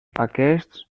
aquests